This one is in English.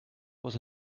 was